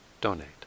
donate